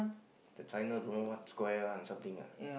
the China don't know what square one something ah